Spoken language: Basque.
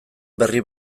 berri